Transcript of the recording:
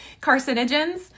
carcinogens